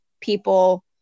people